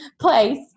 place